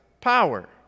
power